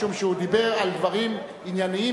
משום שהוא דיבר על דברים ענייניים